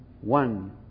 one